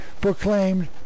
proclaimed